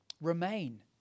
remain